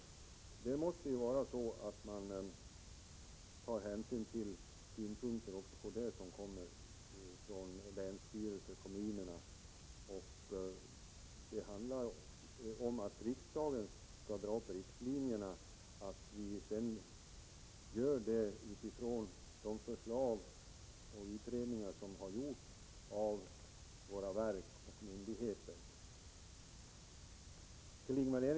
Men man måste ta hänsyn till synpunkter som kommer från länsstyrelser och kommunerna. Riksdagen skall dra upp riktlinjerna, och det bör vi göra utifrån de förslag och utredningar som har gjorts av våra verk och myndigheter.